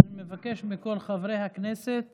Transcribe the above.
אני מבקש מכל חברי הכנסת